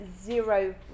zero